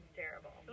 terrible